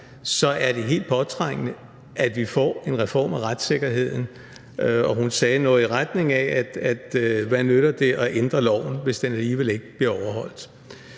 så er det helt påtrængende, at vi får en reform af retssikkerheden. Hun sagde noget i retning af: Hvad nytter det at ændre loven, hvis den alligevel ikke bliver overholdt?